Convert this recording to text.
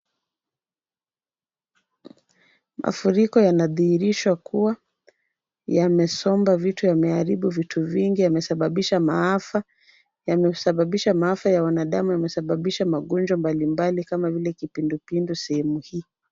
Mafuriko yanadhihirisha kuwa yamesomba vitu, yameharibu vitu vingi, yamesababisha maafa, yamesababisha maafa ya binadamu, yamesababisha magonjwa mbalimbali kama vile kipindupindu sehemu hii.